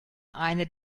eine